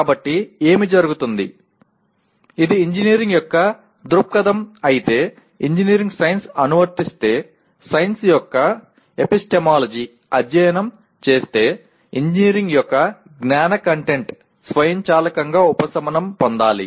కాబట్టి ఏమి జరుగుతుంది ఇది ఇంజనీరింగ్ యొక్క దృక్పథం అయితే ఇంజనీరింగ్ సైన్స్ అనువర్తిస్తే సైన్స్ యొక్క ఎపిస్టెమాలజీని అధ్యయనం చేస్తే ఇంజనీరింగ్ యొక్క జ్ఞాన కంటెంట్ స్వయంచాలకంగా ఉపశమనం పొందాలి